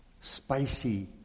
spicy